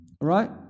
Right